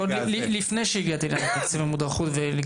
עוד לפני שנגיע לתקציב המודרכות ואני